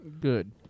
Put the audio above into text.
Good